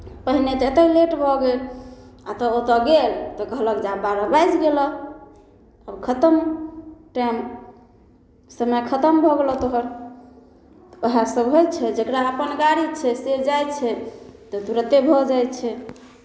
पहिने तऽ एतहि लेट भऽ गेल आ तब ओतय गेल तऽ कहलक जे आब बारह बाजि गेलह आब खतम टाइम समय खतम भऽ गेलह तोहर उएहसभ होइ छै जकरा अपन गाड़ी छै से जाइ छै तऽ तुरन्ते भऽ जाइ छै